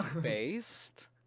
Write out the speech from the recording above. Based